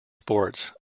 sports